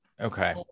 okay